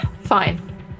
Fine